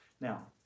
Now